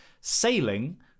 sailing